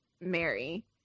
mary